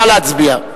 נא להצביע.